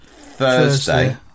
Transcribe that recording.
Thursday